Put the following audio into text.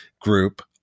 group